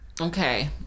Okay